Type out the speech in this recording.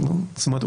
זאת אומרת,